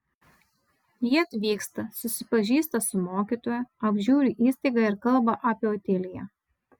ji atvyksta susipažįsta su mokytoju apžiūri įstaigą ir kalba apie otiliją